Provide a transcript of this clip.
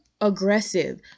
aggressive